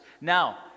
Now